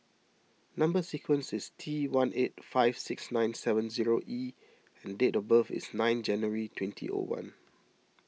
Number Sequence is T one eight five six nine seven zero E and date of birth is nine January twenty O one